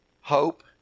Hope